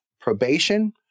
Probation